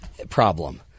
problem